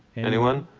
anyone?